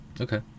Okay